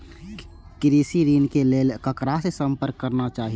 कृषि ऋण के लेल ककरा से संपर्क करना चाही?